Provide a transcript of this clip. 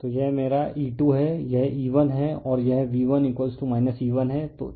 तो यह मेरा E2 है यह E1 है और यह V1 E1 है